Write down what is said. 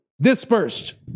Dispersed